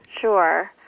Sure